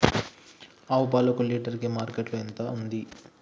ఆవు పాలకు లీటర్ కి మార్కెట్ లో ఎంత ఉంది?